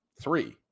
three